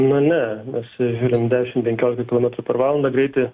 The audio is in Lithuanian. nu ne mes žiūrim dešimt penkiolika kilometrų per valandą greitį